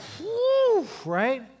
Right